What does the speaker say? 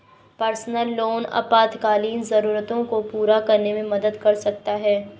personal loan आपातकालीन जरूरतों को पूरा करने में मदद कर सकता है